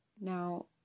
Now